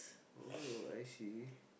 oh I see